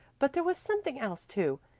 but there was something else, too.